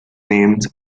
named